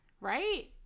Right